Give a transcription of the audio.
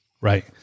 right